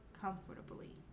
comfortably